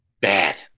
Bad